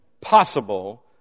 possible